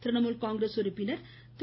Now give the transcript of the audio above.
Trinamool Congress உறுப்பினர் திரு